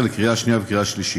2017, לקריאה שנייה ולקריאה שלישית.